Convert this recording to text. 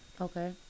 Okay